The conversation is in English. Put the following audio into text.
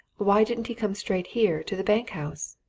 why didn't he come straight here to the bank-house?